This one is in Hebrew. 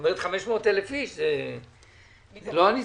500,000 איש זה לא הניצולים.